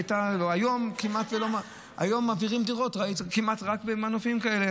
היום מעבירים דירות כמעט רק במנופים כאלה,